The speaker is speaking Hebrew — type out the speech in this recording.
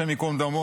השם ייקום דמו,